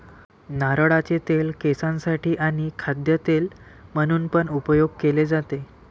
नारळाचे तेल केसांसाठी आणी खाद्य तेल म्हणून पण उपयोग केले जातो